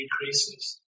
decreases